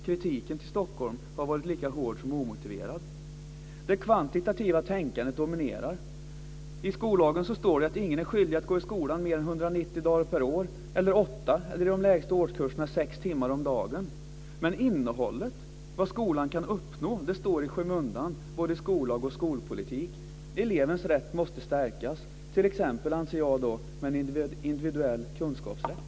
Kritiken mot Stockholm har varit lika hård som omotiverad. Det kvantitativa tänkandet dominerar. I skollagen står det att ingen är skyldig att gå i skolan mer än 190 dagar per år eller åtta, i de lägsta årskurserna, sex timmar om dagen. Om innehållet, vad skolan kan uppnå, står i skymundan både i skollagen och i skolpolitiken. Elevens rätt måste stärkas, t.ex. med en individuell kunskapsrätt.